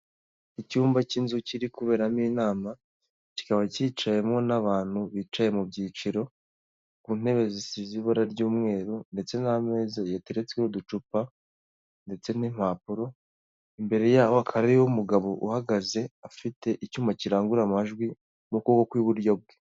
Icyumba cy'inzu kiri kuberamo inama, kikaba cyicawemo n'abantu bicaye mu byiciro, ku ntebe zisize ibara ry'umweru ndetse n'ameza yateretsweho uducupa ndetse n'impapuro, imbere yabo hakaba hariyo umugabo uhagaze, afite icyuma kirangurura amajwi mu kuboko kw'iburyo bwe.